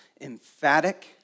emphatic